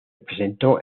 presentó